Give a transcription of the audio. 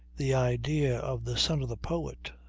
the idea of the son of the poet,